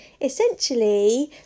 essentially